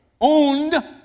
owned